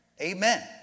Amen